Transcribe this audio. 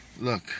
look